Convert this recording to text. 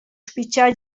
spitgar